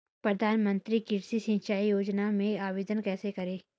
प्रधानमंत्री कृषि सिंचाई योजना में आवेदन कैसे करें?